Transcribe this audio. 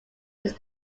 this